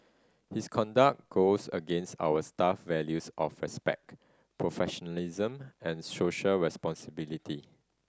his conduct goes against our staff values of respect professionalism and social responsibility